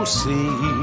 see